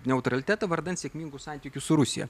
neutraliteto vardan sėkmingų santykių su rusija